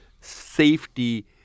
safety